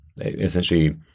essentially